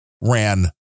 ran